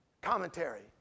Commentary